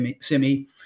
Simi